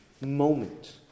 moment